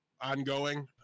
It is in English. ongoing